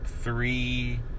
three